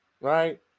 right